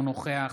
אינו נוכח